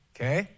Okay